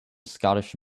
scottish